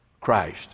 Christ